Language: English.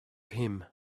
him